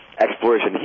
Exploration